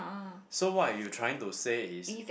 so what you trying to say is